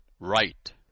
right